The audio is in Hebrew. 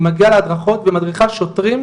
היא מגיעה להדרכות ומדריכה שוטרים,